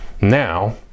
Now